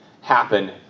happen